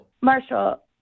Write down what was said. Marshall